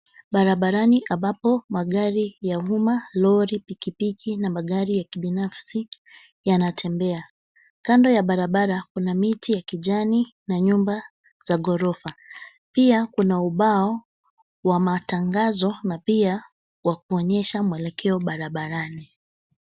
Barabarani ambapo magari ya uma lori, pikipiki na magari ya kibinafsi yanatembea. Kando ya barabara kuna miti ya kijani na nyumba za gorofa pia kuna ubao wa matangazo na pia wakuonyesha mwelekeo barabarani.